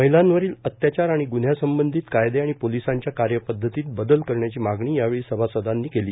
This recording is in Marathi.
महिलांवरील अत्याचार आणि गुव्ह्यांसंबंधीत कायदे आणि पोलिसांच्या कार्यपद्धतीत बदल करण्याची मागणी यावेळी सभासदांनी केली